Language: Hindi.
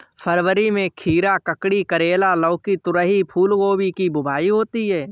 फरवरी में खीरा, ककड़ी, करेला, लौकी, तोरई, फूलगोभी की बुआई होती है